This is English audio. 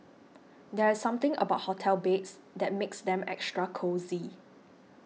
there's something about hotel beds that makes them extra cosy